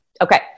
Okay